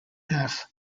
half